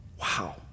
Wow